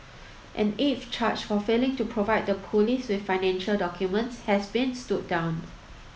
an eighth charge for failing to provide the police with financial documents has been stood down